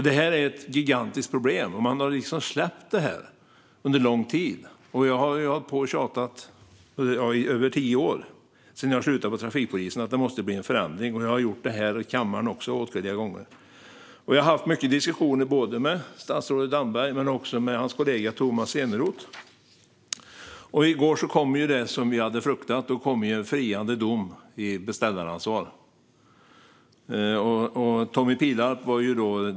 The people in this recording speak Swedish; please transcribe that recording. Det är ett gigantiskt problem, och man har släppt det under lång tid. Jag har hållit på att tjata om att det måste blir en förändring i över tio år sedan jag slutade på trafikpolisen. Jag har också gjort det här i kammaren åtskilliga gånger. Jag har haft många diskussioner både med statsrådet Damberg men också med hans kollega Tomas Eneroth. I går kom det som vi hade fruktat. Då kom en friande dom om beställaransvar.